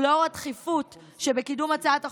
ולאור הדחיפות שבקידום הצעת החוק,